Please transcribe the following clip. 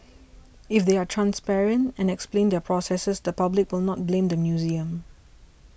if they are transparent and explain their processes the public will not blame the museum